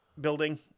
building